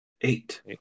Eight